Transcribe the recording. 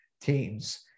teams